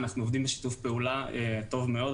אנחנו עובדים בשיתוף פעולה טוב מאוד,